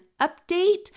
update